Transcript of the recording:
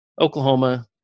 Oklahoma